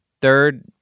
third